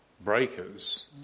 breakers